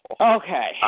Okay